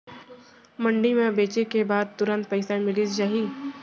मंडी म बेचे के बाद तुरंत पइसा मिलिस जाही?